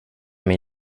min